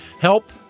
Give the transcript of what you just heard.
help